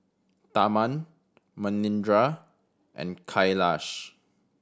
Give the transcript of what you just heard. Tharman Manindra and Kailash